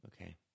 Okay